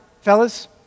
Fellas